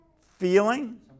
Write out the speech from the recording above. feeling